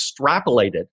extrapolated